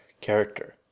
character